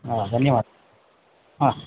ह धन्यवादः हा